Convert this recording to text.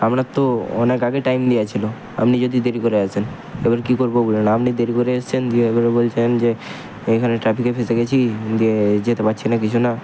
আপনার তো অনেক আগে টাইম দেওয়া ছিলো আপনি যদি দেরি করে আসেন এবার কী করবো বলুন আপনি দেরি করে এসছেন দিয়ে এবারে বলছেন যে এখানে ট্রাফিকে ফেঁসে গেছি দিয়ে যেতে পারছি না কিছু না